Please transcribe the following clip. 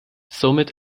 somit